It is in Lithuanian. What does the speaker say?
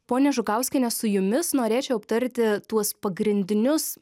ponia žukauskiene su jumis norėčiau aptarti tuos pagrindinius